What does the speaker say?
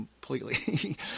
completely